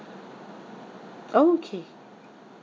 okay